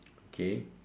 okay